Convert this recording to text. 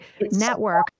network